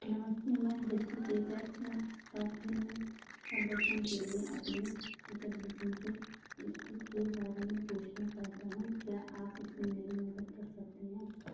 नमस्ते मैं जस्टिकेट्स पर फ़िल्म प्रदर्शन के लिए अपनी टिकट बुकिंग की स्थिति के बारे में पूछना चाहता हूँ क्या आप इसमें मेरी मदद कर सकते हैं